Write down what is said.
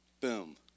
Boom